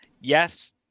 yes